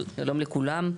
שלום לכולם.